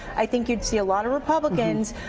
i think you would see a lot of republicans